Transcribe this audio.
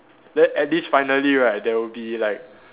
then at least finally right there will be like